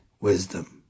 Wisdom